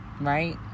right